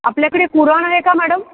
आपल्याकडे कुराण आहे का मॅडम